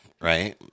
right